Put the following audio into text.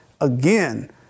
again